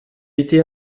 été